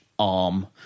arm